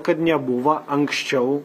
kad nebuvo anksčiau